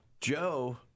Joe